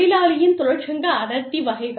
தொழிலாளியின் தொழிற்சங்க அடர்த்தி வகைகள்